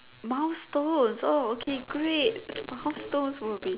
milestones oh okay great milestones will be